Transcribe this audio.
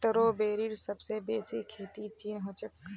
स्ट्रॉबेरीर सबस बेसी खेती चीनत ह छेक